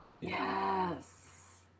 Yes